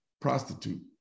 prostitute